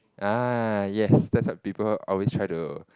ah yes that's what people always try to